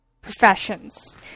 professions